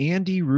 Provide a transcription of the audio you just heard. Andy